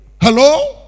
Hello